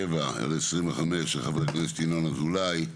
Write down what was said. פ/1007/25 של חבר הכנסת ינון אזולאי,